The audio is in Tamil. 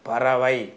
பறவை